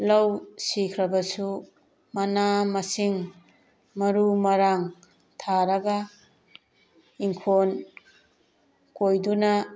ꯂꯧ ꯁꯤꯈ꯭ꯔꯕꯁꯨ ꯃꯅꯥ ꯃꯁꯤꯡ ꯃꯔꯨ ꯃꯔꯥꯡ ꯊꯥꯔꯒ ꯏꯪꯈꯣꯟ ꯀꯣꯏꯗꯨꯅ